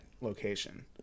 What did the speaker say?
location